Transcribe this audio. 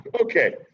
Okay